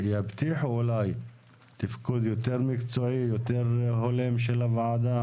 יבטיחו תפקוד יותר מקצועי והולם של הוועדה.